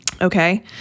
okay